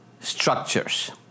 structures